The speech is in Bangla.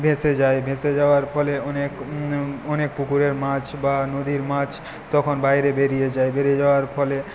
ভেসে যায় ভেসে যাওয়ার ফলে অনেক অনেক পুকুরের মাছ বা নদীর মাছ তখন বাইরে বেরিয়ে যায় বেরিয়ে যাওয়ার ফলে